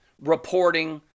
reporting